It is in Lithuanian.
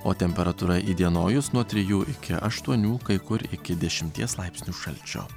o temperatūra įdienojus nuo trijų iki aštuonių kai kur iki dešimties laipsnių šalčio